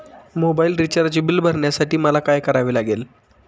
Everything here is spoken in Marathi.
मोबाईल रिचार्ज बिल भरण्यासाठी मला काय करावे लागेल?